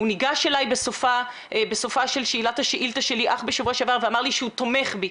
הוא ניגש אלי בסופה של השאילתה שלו אך בשבוע שעבר ואמר לי שהוא תומך בי,